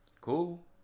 cool